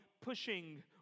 pushing